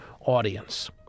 audience